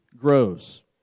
grows